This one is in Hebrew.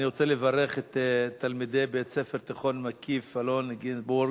אני רוצה לברך את תלמידי בית-הספר התיכון "מקיף אלון-גינזבורג"